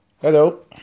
hello